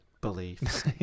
beliefs